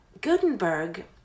Gutenberg